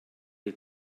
die